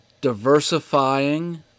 diversifying